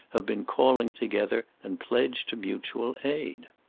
have been calling together and pledged to mutual aid.